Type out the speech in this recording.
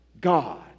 God